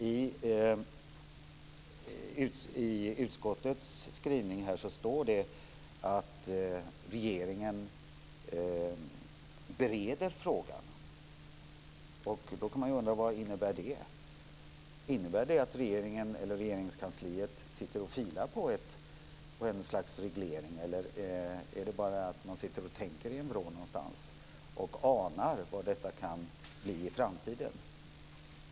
I utskottets skrivning står det att regeringen bereder frågan. Då kan man ju undra: Vad innebär det? Innebär det att man i Regeringskansliet sitter och filar på ett slags reglering eller är det bara så att man sitter och tänker i en vrå någonstans och anar vad detta kan bli i framtiden?